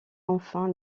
enfin